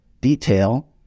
detail